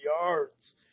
yards